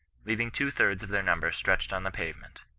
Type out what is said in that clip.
leaving two-thirds of their number stretched on the pavement.